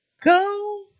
Go